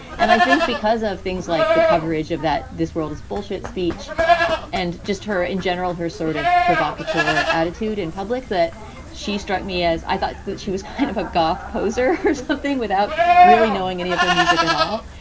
and i think because of things like the coverage of that, this world is bullshit speech and just her in general, her sort of provocateur attitude in public, that she struck me as i thought that she was kind of a goth poser. the something without really knowing any of her music at all.